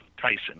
Tyson